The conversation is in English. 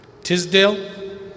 Tisdale